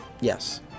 Yes